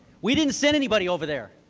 we didn't send anybody over there.